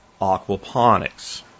aquaponics